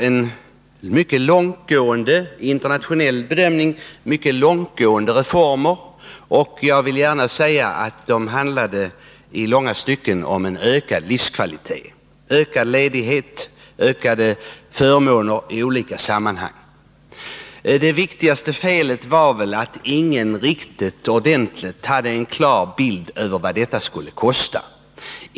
Vi tillät oss då i internationell bedömning sett mycket långtgående reformer. I långa stycken handlade de om en ökad livskvalitet, mer ledighet och utökade förmåner i olika sammanhang. Det väsentligaste felet var väl att ingen hade någon riktigt klar bild av vad detta skulle kosta.